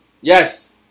yes